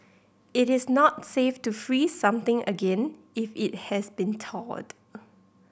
it is not safe to free something again if it has been thawed